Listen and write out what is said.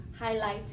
highlighting